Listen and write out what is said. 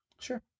Sure